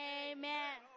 amen